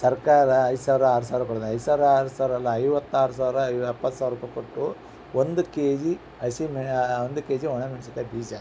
ಸರ್ಕಾರ ಐದು ಸಾವಿರ ಆರು ಸಾವಿರ ಐದು ಸಾವಿರ ಆರು ಸಾವಿರ ಅಲ್ಲ ಐವತ್ತಾರು ಸಾವಿರ ಎಪ್ಪತ್ತು ಸಾವಿರ ರುಪಾಯಿ ಕೊಟ್ಟು ಒಂದು ಕೆಜಿ ಹಸಿಮೆನ್ ಒಂದು ಕೆಜಿ ಒಣಮೆಣಸಿನ್ಕಾಯ್ ಬೀಜ